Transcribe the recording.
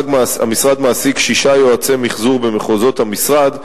המשרד מעסיק שישה יועצי מיחזור במחוזות המשרד,